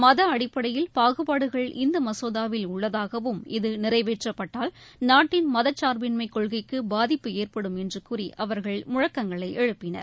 மத அடிப்படையில் பாகுபாடுகள் இந்த மனேதாவில் உள்ளதாகவும் இது நிறைவேற்றப்பட்டால் நாட்டின் மதச்சார்பின்மை கொள்கைக்கு பாதிப்பு ஏற்படும் என்று கூறி அவர்கள் முழக்கங்களை எழுப்பினர்